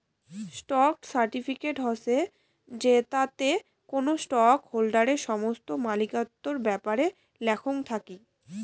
stock certificate হসে জেতাতে কোনো স্টক হোল্ডারের সমস্ত মালিকত্বর ব্যাপারে লেখাং থাকি